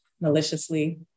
maliciously